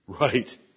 Right